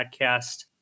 podcast